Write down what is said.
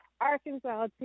Arkansas